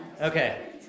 Okay